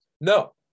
No